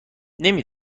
نمی